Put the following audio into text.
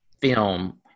film